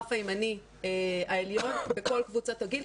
בגרף הימני העליון בכל קבוצות הגיל.